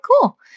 cool